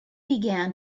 began